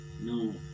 no